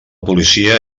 policia